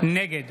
נגד